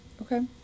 Okay